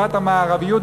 דת המערביות,